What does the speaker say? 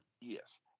Yes